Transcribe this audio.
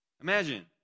Imagine